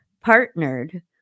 partnered